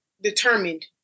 determined